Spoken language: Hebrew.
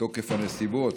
בתוקף הנסיבות,